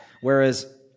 Whereas